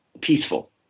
peaceful